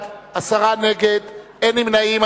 נגד, אין נמנעים.